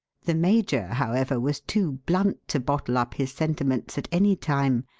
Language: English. the major, however, was too blunt to bottle up his sentiments at any time,